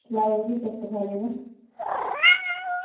लाएओ फ्ही चक्कर साढ़े ई तां